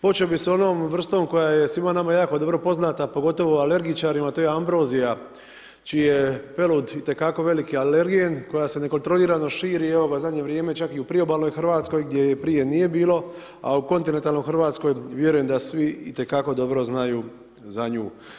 Počeo bi sa onom vrstom koja je svima nama jako dobro poznata, pogotovo alergičarima, to je ambrozija, čija je pelud itekako veliki alergen, koja se nekontrolirano širi i evo, ga, u zadnje vrijeme, čak i u priobalnoj Hrvatskoj, gdje je prije nije bilo, a u kontinentalnoj Hrvatskoj vjerujem da svi, itekako dobro znaju za nju.